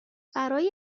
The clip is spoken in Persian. برای